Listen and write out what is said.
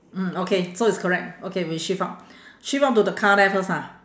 mm okay so it's correct okay we shift out shift out to the car there first ha